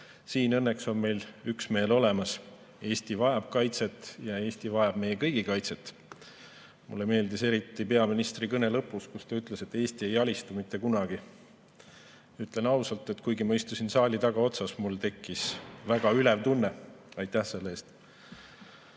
Siin õnneks on meil üksmeel olemas: Eesti vajab kaitset ja Eesti vajab meie kõigi kaitset. Mulle meeldis eriti peaministri kõne lõpp, kus ta ütles, et Eesti ei alistu mitte kunagi. Ütlen ausalt, et kuigi ma istusin saali tagaotsas, mul tekkis väga ülev tunne. Aitäh selle eest!